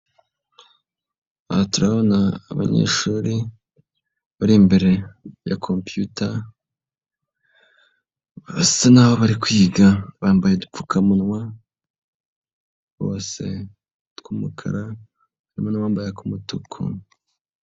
Aha turabona abanyeshuri, bari imbere ya kompiyuta, basa n'aho bari kwiga, bambaye udupfukamunwa, bose tw'umukara, harimo n'uwabambaye ak'umutuku.